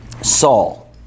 Saul